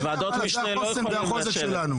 ועדות משנה לא יכולות לאשר את זה.